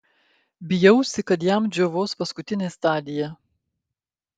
bijausi kad jam džiovos paskutinė stadija